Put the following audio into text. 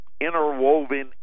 interwoven